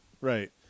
right